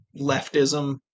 leftism